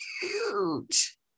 huge